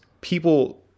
people